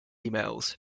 emails